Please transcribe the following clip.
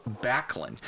Backlund